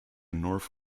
north